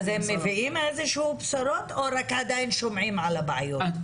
אז הם מביאים איזה שהן בשורות או רק עדיין שומעים על הבעיות?